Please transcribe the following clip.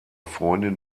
freundin